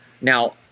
now